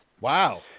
Wow